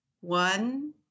one